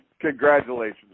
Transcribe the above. Congratulations